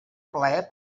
plaer